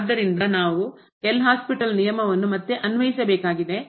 ಆದ್ದರಿಂದ ನಾವು L hospital ನಿಯಮವನ್ನು ಮತ್ತೆ ಅನ್ವಯಿಸಬೇಕಾಗಿದೆ